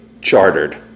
chartered